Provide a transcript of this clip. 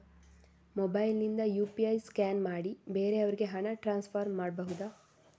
Mobile ನಿಂದ UPI scan ಮಾಡಿ ಬೇರೆಯವರಿಗೆ ಹಣ ಟ್ರಾನ್ಸ್ಫರ್ ಮಾಡಬಹುದ?